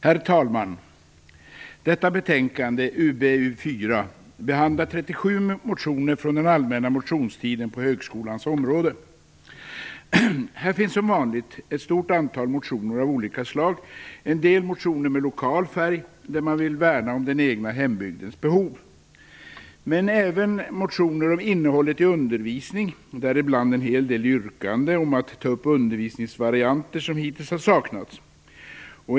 Herr talman! I detta betänkande, UbU4, behandlas 37 motioner på högskolans område från den allmänna motionstiden. Här finns som vanligt ett stort antal motioner av olika slag. Det är en del motioner med lokal färg, i vilka motionärerna vill värna om den egna hembygdens behov, men det finns även en del motioner som handlar om innehållet i undervisningen, med yrkanden om att undervisningsvarianter som hittills har saknats skall tas upp.